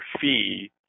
fee